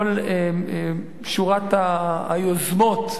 כל שורת היוזמות,